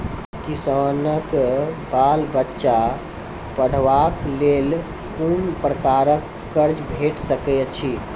किसानक बाल बच्चाक पढ़वाक लेल कून प्रकारक कर्ज भेट सकैत अछि?